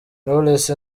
knowless